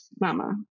mama